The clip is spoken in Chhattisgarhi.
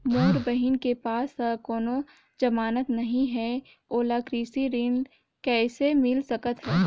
मोर बहिन के पास ह कोनो जमानत नहीं हे, ओला कृषि ऋण किसे मिल सकत हे?